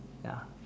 ya